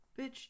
bitch